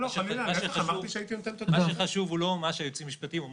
מה שחשוב הוא לא מה שאומרים היועצים המשפטיים,